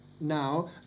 now